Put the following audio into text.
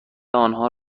آنها